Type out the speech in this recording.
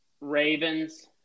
Ravens